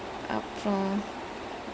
eh !walao! I wanna have briyani now sia